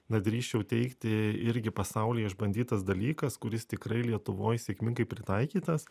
na drįsčiau teigti irgi pasaulyje išbandytas dalykas kuris tikrai lietuvoj sėkmingai pritaikytas